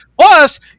Plus